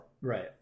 Right